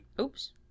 Oops